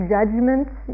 Judgments